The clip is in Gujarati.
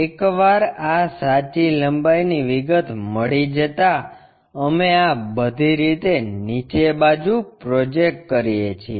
એકવાર આ સાચી લંબાઈની વિગત મળી જતા અમે આ બધી રીતે નીચે બાજુ પ્રોજેક્ટ કરીએ છીએ